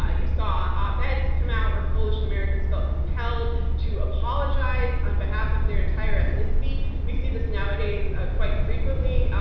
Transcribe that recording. ah you saw op-eds come out where polish americans felt compelled to apologize on behalf of their entire ethnicity. we see this nowadays ah quite frequently.